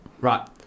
right